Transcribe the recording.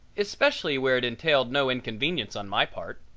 especially where it entailed no inconvenience on my part.